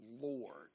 Lord